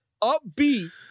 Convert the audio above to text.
upbeat